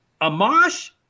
Amash